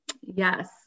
Yes